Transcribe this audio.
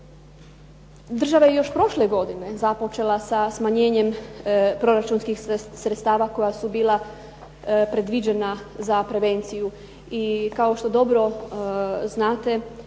Država je još prošle godine započela sa smanjenjem proračunskih sredstava koja su bila predviđena za prevenciju. I kao što dobro znate